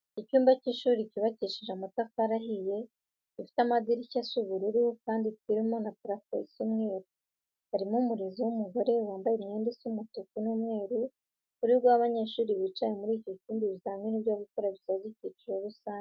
Icyumba cy'ishuri cyubakishije amatafari ahiye, gifite amadirishya asa ubururu kandi kirimo na parafo isa umweru. Harimo umurezi w'umugore wambaye imyenda isa umutuku n'umweru, uri guha abanyeshuri bicaye muri icyo cyumba ibizamini byo gukora bisoza ikiciro rusange.